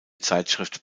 zeitschrift